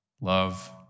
Love